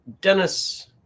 Dennis